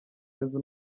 yezu